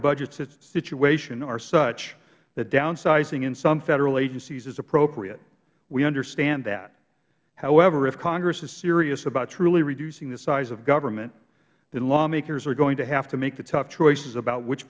budget situation are such that downsizing in some federal agencies is appropriate we understand that however if congress is serious about truly reducing the size of government then lawmakers are going to have to make the tough choices about which